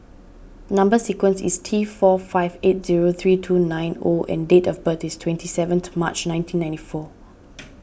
Number Sequence is T four five eight zero three two nine O and date of birth is twenty seventh March nineteen ninety four